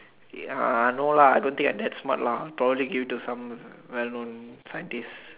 uh no lah I don't think I that smart lah probably give it to some well known scientist